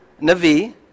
Navi